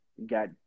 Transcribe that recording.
got